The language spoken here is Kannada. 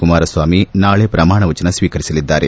ಕುಮಾರಸ್ವಾಮಿ ನಾಳೆ ಪ್ರಮಾಣವಚನ ಸ್ವೀಕರಿಸಲಿದ್ದಾರೆ